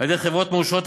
על-ידי חברות מורשות,